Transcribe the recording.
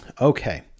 Okay